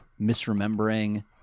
misremembering